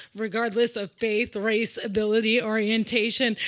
regardless of faith, race, ability, orientation,